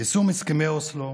יישום הסכמי אוסלו